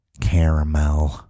caramel